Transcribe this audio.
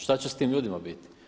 Šta će s tim ljudima biti?